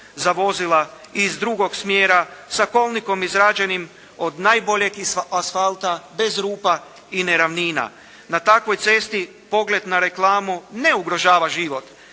za vozila iz drugog smjera, sa kolnikom izrađenim od najboljeg asfalta bez rupa i neravnina. Na takvoj cesti pogled na reklamu ne ugrožava život,